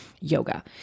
yoga